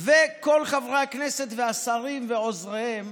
וכל חברי הכנסת והשרים ועוזריהם